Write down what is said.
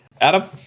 Adam